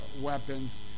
weapons